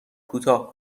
کوتاه